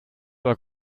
aber